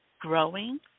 growing